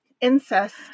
incest